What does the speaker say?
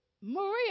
maria